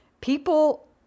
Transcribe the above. People